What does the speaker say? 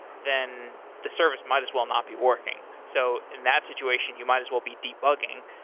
then the service might as well not be working so in that situation, you might as well be debugging.